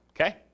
Okay